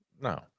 No